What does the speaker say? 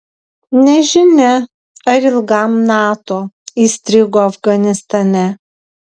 nežinia ar ilgam nato įstrigo afganistane